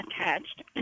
attached